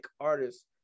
artists